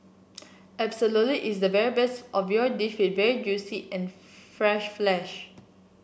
absolutely it's the very best of your dish with very juicy and fresh flesh